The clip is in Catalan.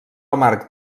amarg